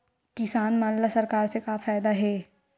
किसान मन ला सरकार से का फ़ायदा हे?